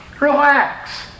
Relax